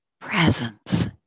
presence